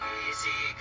easy